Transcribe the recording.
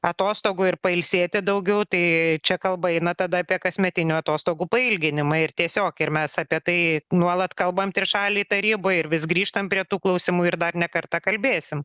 atostogų ir pailsėti daugiau tai čia kalba eina tada apie kasmetinių atostogų pailginimą ir tiesiog ir mes apie tai nuolat kalbam trišalėj taryboj ir vis grįžtam prie tų klausimų ir dar ne kartą kalbėsim